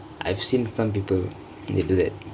I've seen some people and they do that